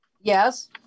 Yes